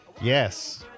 Yes